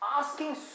Asking